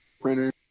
printer